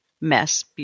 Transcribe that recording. mess